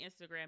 Instagram